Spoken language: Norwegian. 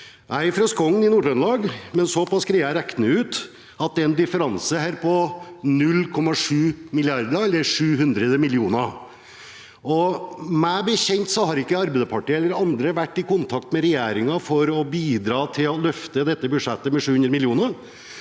Jeg er fra Skogn i Nord-Trøndelag, men såpass greier jeg å regne ut at her er det en differanse på 0,7 mrd. kr, eller 700 mill. kr. Og meg bekjent har ikke Arbeiderpartiet eller andre vært i kontakt med regjeringen for å bidra til å løfte dette budsjettet med 700 mill.